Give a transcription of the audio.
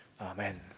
Amen